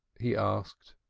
he asked.